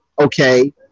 okay